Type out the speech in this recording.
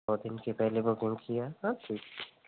दो दिन की पहले बुकिंग किया ठीक